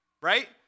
right